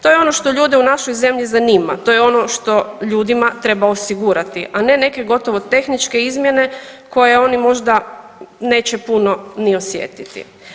To je ono što ljude u našoj zemlji zanima, to je ono što ljudima treba osigurati a ne neke gotovo tehničke izmjene koje oni možda neće puno ni osjetiti.